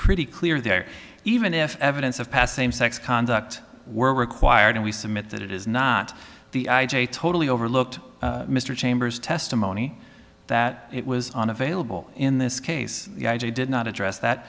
pretty clear there even if evidence of past same sex conduct were required and we submit that it is not the i j a totally overlooked mr chambers testimony that it was unavailable in this case did not address that